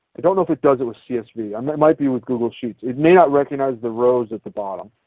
don't know if it does it with csv. i mean it might be with google sheets. it may not recognize the rows at the bottom,